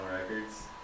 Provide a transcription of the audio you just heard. records